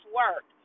work